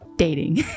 Dating